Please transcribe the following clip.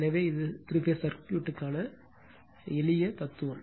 எனவே இது three phase சர்க்யூட்க்கான எளிய தத்துவம்